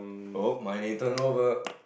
oh my internal verb